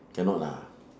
cannot lah